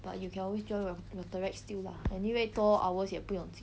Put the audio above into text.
but you can always join your rotaract still lah anyway 多 hours 也不用紧